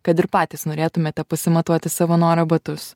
kad ir patys norėtumėte pasimatuoti savanorio batus